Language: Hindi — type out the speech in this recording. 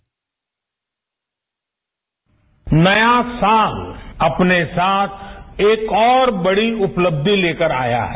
बाइट नया साल अपने साथ एक और बड़ी उपलब्धि लेकर आया है